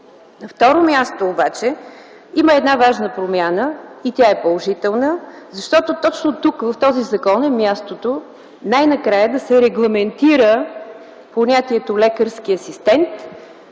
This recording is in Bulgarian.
второ място обаче, има една важна промяна и тя е положителна, защото точно тук, в този закон, е мястото най-накрая да се регламентира понятието „лекарски асистент”.